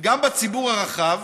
הם גם בציבור הרחב,